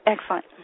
Excellent